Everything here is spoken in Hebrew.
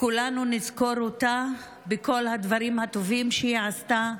כולנו נזכור אותה על כל הדברים הטובים שהיא עשתה,